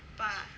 but